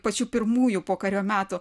pačių pirmųjų pokario metų